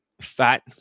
fat